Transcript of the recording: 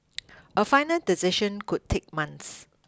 a final decision could take months